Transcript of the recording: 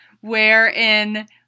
wherein